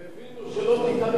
כי הם הבינו שלא ניכנע להם, זה הכול.